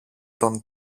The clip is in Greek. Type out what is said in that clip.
τον